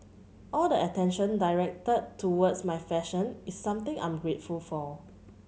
all the attention directed towards my fashion is something I'm grateful for